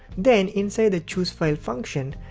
then, inside the choosefile function,